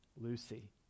Lucy